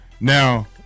Now